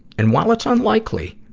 and while it's unlikely,